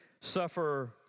Suffer